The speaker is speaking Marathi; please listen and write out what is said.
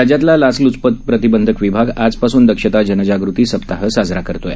राज्यातला लाचलूचपत प्रतिबंधक विभाग आजपासून दक्षता जनजागृती सप्ताह साजरा करत आहे